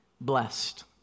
Blessed